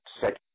second